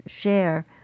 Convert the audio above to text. share